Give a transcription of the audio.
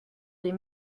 des